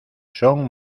son